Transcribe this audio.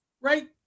right